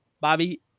Bobby